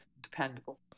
dependable